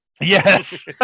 Yes